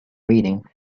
reading